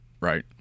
right